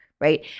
Right